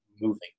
moving